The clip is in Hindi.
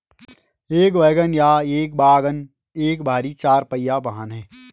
एक वैगन या वाग्गन एक भारी चार पहिया वाहन है